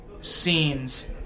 scenes